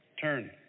turn